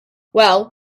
well